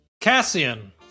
Cassian